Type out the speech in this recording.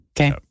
Okay